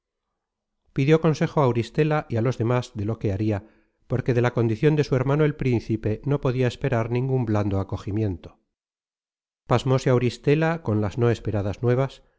pidió consejo á auristela y á los demas de lo que haria porque de la condicion de su hermano el príncipe no podia esperar ningun blando acogimiento pasmose auristela con las no esperadas nuevas